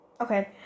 okay